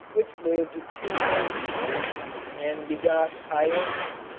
which lived two million years and begot ionium,